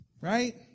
Right